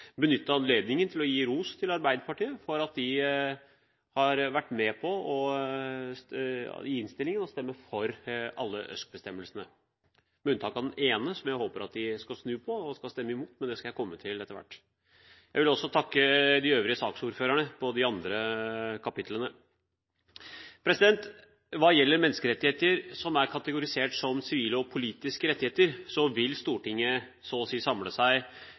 benytte anledningen til å gi ros til Arbeiderpartiet for at de i innstillingen er med på og vil stemme for alle ØSK-bestemmelsene – med unntak av den ene, der jeg håper at de vil snu, og stemme imot, men det skal jeg komme til etter hvert. Jeg vil også takke de øvrige saksordførerne for de andre kapitlene. Hva gjelder menneskerettigheter som er kategorisert som sivile og politiske rettigheter, vil Stortinget så å si samle seg